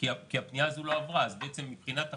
כי הפנייה הזו לא עברה, אז בעצם, מבחינת החשבות,